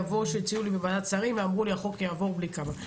כפי שהציעו לי בוועדת שרים: החוק יעבור בלי כב"ה.